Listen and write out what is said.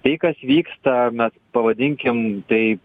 tai kas vyksta mes pavadinkim tai